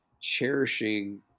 cherishing